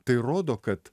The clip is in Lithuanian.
tai rodo kad